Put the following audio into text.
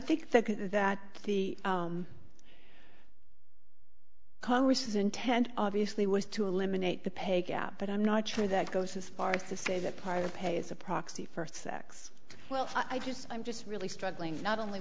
think that that the congress's intent obviously was to eliminate the pay gap but i'm not sure that goes as far as to say that part of pay is a proxy for sex well i just i'm just really struggling not only